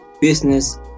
business